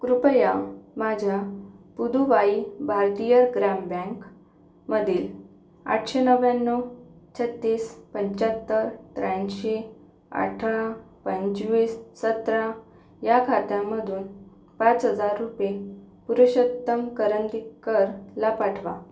कृपया माझ्या पुदुवाई भारतीय ग्राम बँकमधील आठशे नव्याण्णव छत्तीस पंच्याहत्तर त्र्याऐंशी अठरा पंचवीस सतरा या खात्यामधून पाच हजार रुपये पुरुषोत्तम करंदीकरला पाठवा